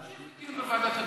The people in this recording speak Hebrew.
להמשיך את הדיון בוועדת הפנים.